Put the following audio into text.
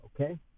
okay